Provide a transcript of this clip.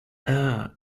err